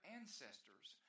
ancestors